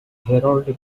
heraldic